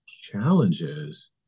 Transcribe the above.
challenges